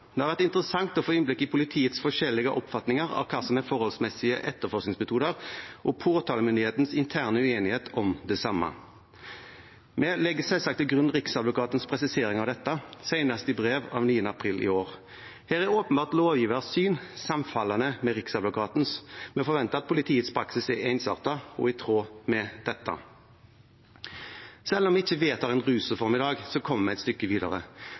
Det har vært interessant å få innblikk i politiets forskjellige oppfatninger av hva som er forholdsmessige etterforskningsmetoder, og påtalemyndighetens interne uenighet om det samme. Vi legger selvsagt til grunn Riksadvokatens presisering av dette, senest i brev av 9. april i år. Her er åpenbart lovgivers syn sammenfallende med Riksadvokatens. Vi forventer at politiets praksis er ensartet og i tråd med dette. Selv om vi ikke vedtar en rusreform i dag, kommer vi et stykke videre.